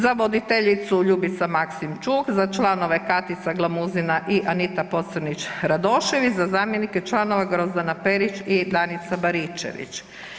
Za voditeljicu Ljubica Maksimčuk, za članove Katica Glamuzina i Anita Pocrnić-Radošević, za zamjenike članova: Grozdana Perić i Danica Baričević.